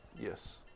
Yes